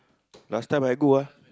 last time I go ah